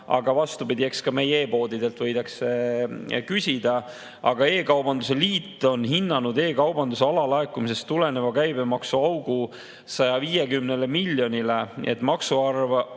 Ja vastupidi, eks ka meie e-poodidelt võidakse küsida. Aga e-kaubanduse liit on hinnanud e-kaubanduse alalaekumisest tuleneva käibemaksuaugu 150 miljoni suuruseks.